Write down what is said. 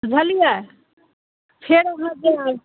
बुझलियै फेर ओम्हर जयबै